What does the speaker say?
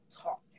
talk